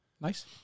Nice